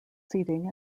seating